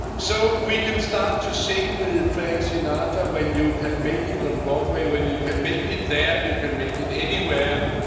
so we can start to sing with frank sinatra, when you can make it on broadway. when you can make it there, you can make it anywhere,